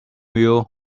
mule